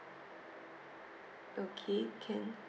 okay can